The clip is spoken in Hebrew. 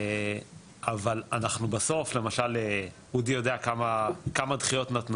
אבל אנחנו בסוף למשל אודי יודע כמה דחיות נתנו,